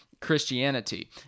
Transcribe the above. Christianity